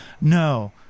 no